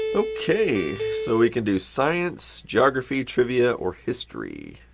ok, so we can do science, geography, trivia, or history.